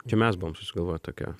čia mes buvom susigalvoję tokią